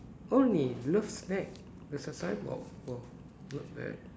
only love snack there's a signboard oh not bad